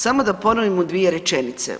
Samo da ponovim u dvije rečenice.